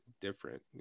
different